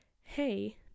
hey